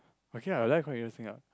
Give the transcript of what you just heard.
okay ah your life quite interesting ah